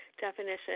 definition